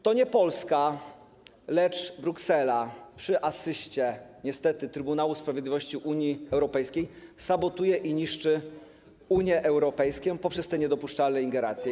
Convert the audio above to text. To nie Polska, lecz Bruksela przy asyście, niestety, Trybunału Sprawiedliwości Unii Europejskiej sabotuje i niszczy Unię Europejską poprzez te niedopuszczalne ingerencje.